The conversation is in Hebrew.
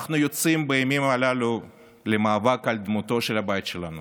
אנחנו יוצאים בימים הללו למאבק על דמותו של הבית שלנו.